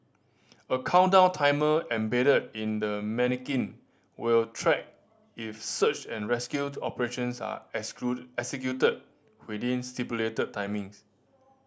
a countdown timer embedded in the manikin will track if search and rescue to operations are executed within stipulated timings